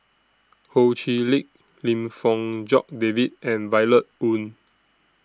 Ho Chee Lick Lim Fong Jock David and Violet Oon